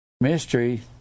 mystery